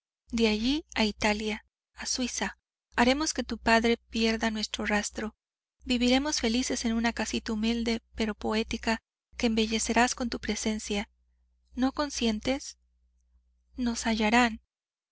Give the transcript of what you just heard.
de allí a italia a suiza haremos que tu padre pierda nuestro rastro viviremos felices en una casita humilde pero poética que embellecerás con tu presencia no consientes nos hallarán